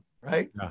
right